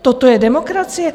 Toto je demokracie?